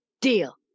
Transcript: Deal